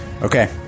Okay